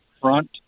front